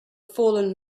fallen